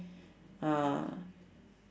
uh